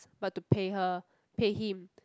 but to pay her pay him